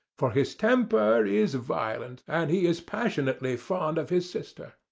for his temper is violent, and he is passionately fond of his sister.